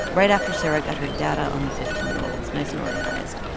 right after sara got her data on the fifteen year olds nice and organized,